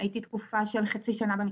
לנשים מוכות והייתי במקלט לתקופה של חצי שנה,